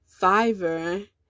fiverr